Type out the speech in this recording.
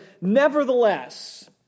nevertheless